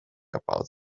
about